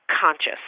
conscious